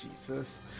Jesus